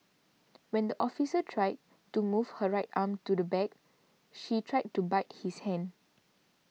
when the officer tried to move her right arm to the back she tried to bite his hand